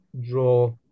draw